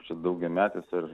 čia daugiametis ir